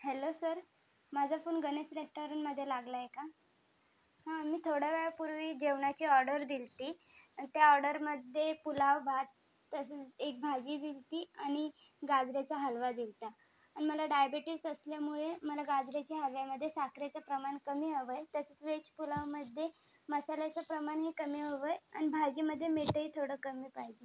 hello sir माझा phone Ganesh रेस्टॉरंटमध्ये लागला आहे का हो मी थोड्या वेळापूर्वी जेवणाची ऑर्डर दिली होती त्या ऑर्डरमध्ये पुलाव भात तसेच एक भाजी दिली होती आणि गाजराचा हलवा दिला होता आणि मला डायबिटिस असल्यामुळे मला गाजराच्या हलव्यामध्ये साखरेचं प्रमाण कमी हवं आहे तसेच वेज पुलावमध्येही मसाल्याचे प्रमाणही कमी हवं आहे आणि भाजीमध्ये मीठही थोडं कमी पाहिजे